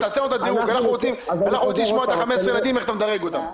אנחנו רוצים לשמוע את ה-15 ילדים איך אתה מדרג אותם.